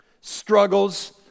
struggles